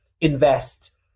invest